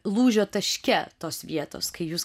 lūžio taške tos vietos kai jūs